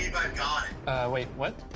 ah, wait. what?